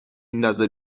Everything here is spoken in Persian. ندازه